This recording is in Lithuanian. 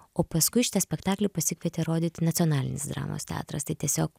o paskui šitą spektaklį pasikvietė rodyti nacionalinis dramos teatras tai tiesiog